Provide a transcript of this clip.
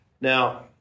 Now